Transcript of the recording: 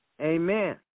Amen